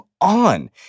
on